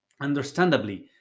Understandably